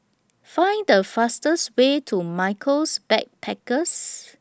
Find The fastest Way to Michaels Backpackers